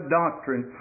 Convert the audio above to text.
doctrine